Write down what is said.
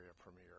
premiere